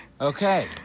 Okay